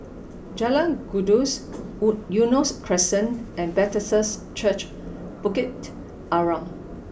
Jalan Gajus Eunos Crescent and Bethesda Church Bukit Arang